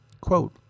Quote